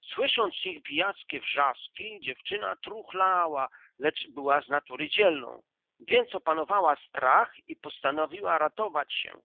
słysząc ich pijackie wrzaski dziewczyna truchlała lecz była z natury dzielną więc opanowała strach i postanowiła ratować się